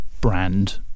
brand